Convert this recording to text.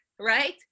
right